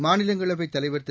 மாநிலங்களவைத் தலைவர் திரு